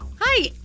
Hi